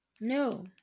No